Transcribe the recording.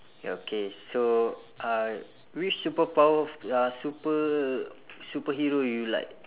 ya okay so uh which superpower uh super~ superhero you like